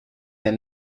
der